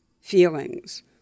feelings